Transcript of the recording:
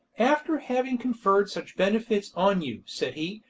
after having conferred such benefits on you, said he,